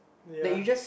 ya